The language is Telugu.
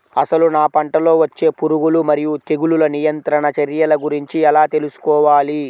అసలు నా పంటలో వచ్చే పురుగులు మరియు తెగులుల నియంత్రణ చర్యల గురించి ఎలా తెలుసుకోవాలి?